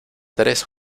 tres